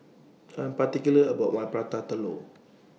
I Am particular about My Prata Telur